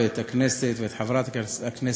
את הכנסת ואת חברת הכנסת